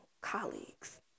colleagues